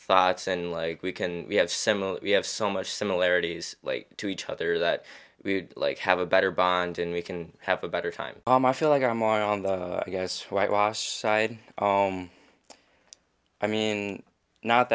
thoughts and like we can we have similar we have so much similarities like to each other that we like have a better bond and we can have a better time i feel like i'm on the guest whitewash side i mean not